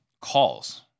calls